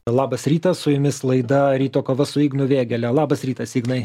labas rytas su jumis laida ryto kova su ignu vėgėle labas rytas ignai